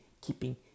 keeping